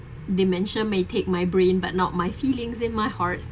dementia may take my brain but not my feelings in my heart